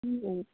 हूँ